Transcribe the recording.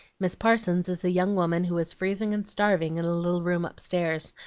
miss parsons is a young woman who was freezing and starving in a little room upstairs,